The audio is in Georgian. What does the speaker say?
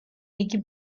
იგი